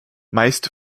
meist